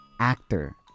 Actor